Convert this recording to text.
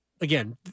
again